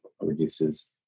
reduces